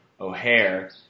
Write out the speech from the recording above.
O'Hare